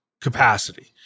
capacity